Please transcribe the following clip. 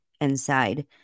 inside